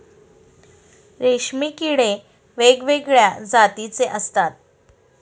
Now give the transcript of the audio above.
रेशीम किडे वेगवेगळ्या जातीचे असतात